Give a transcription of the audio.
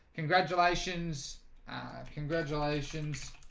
congratulations congratulations